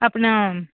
ਆਪਣਾ